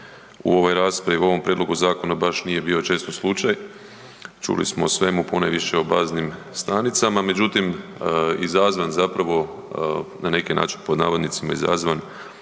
u ovoj raspravi, u ovom prijedlogu zakona baš nije bio često slučaj. Čuli smo o svemu ponajviše o baznim stanicama, međutim izazvan zapravo na neki način pod navodnicima izazvan